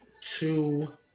two